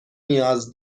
نیاز